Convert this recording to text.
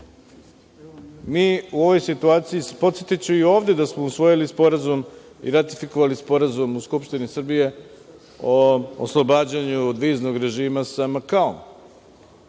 Mi u ovoj situaciji, podsetiću i ovde da smo usvojili sporazum i ratifikovali sporazum u Skupštini Srbije o oslobađanju od viznog režima sa Makaom. Postoje